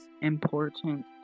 important